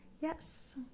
Yes